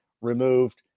removed